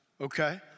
okay